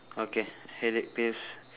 okay headache pills